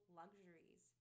luxuries